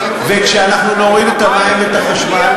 וכשאנחנו נוריד את מחירי המים והחשמל,